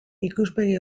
ikuspegi